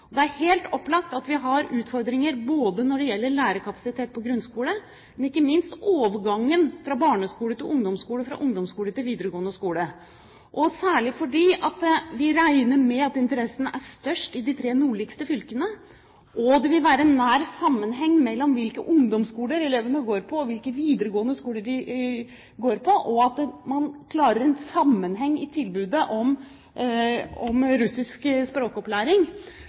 det. Det er helt opplagt at vi har utfordringer både når det gjelder lærerkapasitet i grunnskolen, og, ikke minst, når det gjelder overgangen fra barneskole til ungdomsskole og fra ungdomsskole til videregående skole, særlig fordi vi regner med at interessen er størst i de tre nordligste fylkene. Det vil være en nær sammenheng mellom hvilke ungdomsskoler elevene går på, og hvilke videregående skoler de går på, og man må klare å få til en sammenheng i tilbudet om russisk språkopplæring.